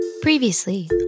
previously